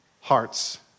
hearts